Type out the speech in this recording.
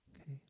Okay